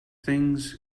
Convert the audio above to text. things